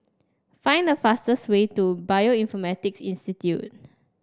find the fastest way to Bioinformatics Institute